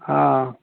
हँ